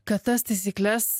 kad tas taisykles